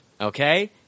Okay